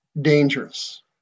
dangerous